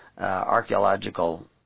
archaeological